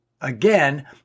Again